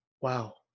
wow